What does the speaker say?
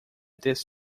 this